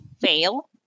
fail